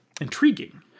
intriguing